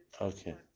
Okay